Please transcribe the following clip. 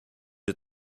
est